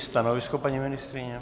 Stanovisko paní ministryně?